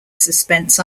suspense